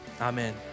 amen